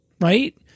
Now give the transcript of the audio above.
right